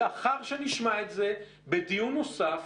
לאחר שנשמע את זה בדיון נוסף